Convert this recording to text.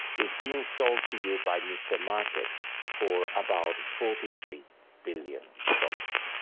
is being sold to you by mr. market for about forty three billion dollars.